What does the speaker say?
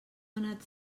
donat